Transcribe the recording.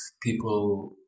people